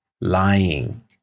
Lying